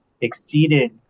exceeded